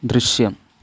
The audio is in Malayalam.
ദൃശ്യം